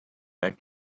back